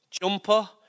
jumper